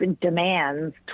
demands